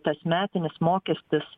tas metinis mokestis